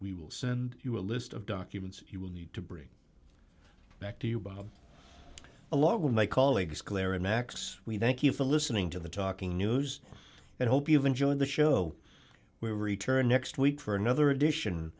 we will send you a list of documents you will need to bring back to you bob along with my colleagues clara max we thank you for listening to the talking news and hope you've enjoyed the show where we return next week for another edition